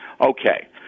Okay